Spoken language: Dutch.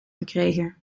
gekregen